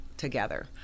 together